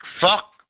fuck